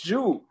Jew